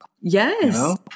Yes